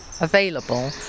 available